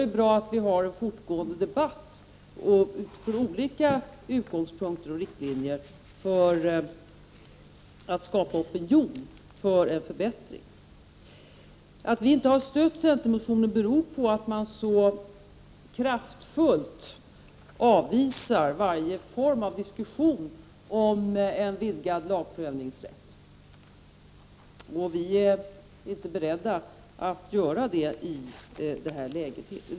Det är bra att debatten, från olika utgångspunkter och med olika riktlinjer, fortgår. Det gäller ju att skapa en opinion för en förbättring på detta område. Att vi inte har stött centermotionen beror på att man så kraftfullt avvisar varje form av diskussion om en vidgad lagprövningsrätt. Vi är alltså inte beredda att göra det i nuläget.